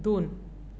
दोन